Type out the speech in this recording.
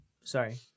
Sorry